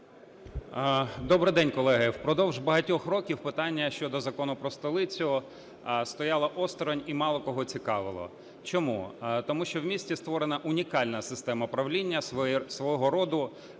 Добрий день, колеги! Впродовж багатьох років питання щодо Закону про столицю стояло осторонь і мало кого цікавило. Чому? Тому що в місті створена унікальна система правління, свого роду